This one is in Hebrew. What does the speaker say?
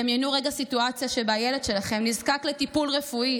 דמיינו רגע סיטואציה שבה הילד שלכם נזקק לטיפול רפואי,